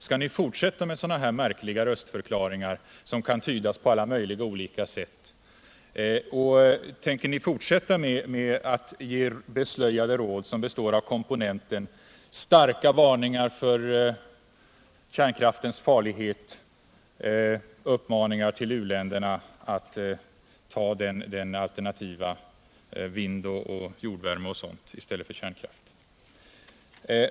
Skall ni fortsätta med sådana här märkliga röstförklaringar som kan tydas på alla möjliga olika sätt? Tänker ni fortsätta med att ge beslöjade råd som består av starka varningar för kärnkraftens farlighet och uppmaningar till u-länderna att välja alternativen vindkraft, jordvärme och sådant i stället för kärnkraft?